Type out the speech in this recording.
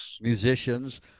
musicians